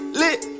lit